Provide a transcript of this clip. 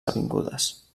avingudes